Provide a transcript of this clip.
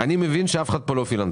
אני מבין שאף אחד פה לא פילנתרופ,